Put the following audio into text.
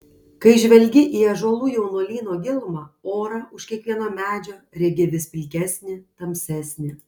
kai žvelgi į ąžuolų jaunuolyno gilumą orą už kiekvieno medžio regi vis pilkesnį tamsesnį